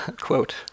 quote